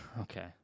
Okay